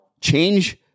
change